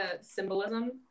symbolism